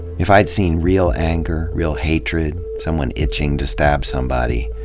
if i'd seen real anger, real hatred, someone itching to stab somebody,